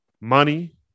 money